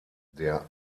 der